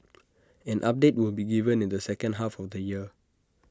an update will be given in the second half of the year